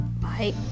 Bye